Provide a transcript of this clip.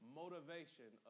motivation